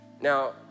Now